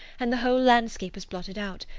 and the whole landscape was blotted out.